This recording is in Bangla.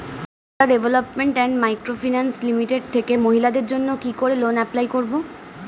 Sarala development and micro finance limited থেকে মহিলাদের জন্য কি করে লোন এপ্লাই করব?